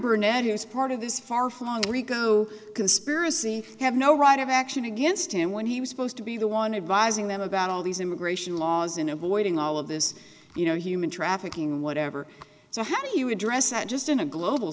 burnett who is part of this far flung rico conspiracy have no right of action against him when he was supposed to be the one advising them about all these immigration laws in avoiding all of this you know human trafficking whatever so how do you address that just in a global